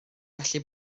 allu